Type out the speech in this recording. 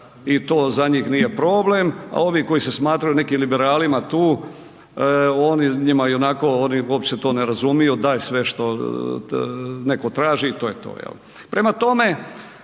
i to za njih nije problem, a ovi koji se smatraju nekim liberalima tu njima i onako oni uopće to ne razumiju, daj sve što neko traži i to je to.